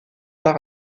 par